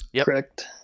Correct